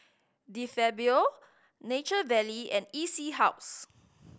De Fabio Nature Valley and E C House